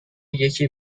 یکی